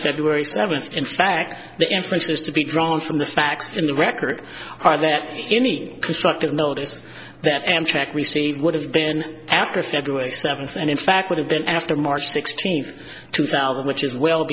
february seventh in fact the inferences to be drawn from the facts in the record are that any constructive notice that amtrak received would have been after february seventh and in fact would have been after march sixteenth two thousand which is well